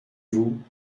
vous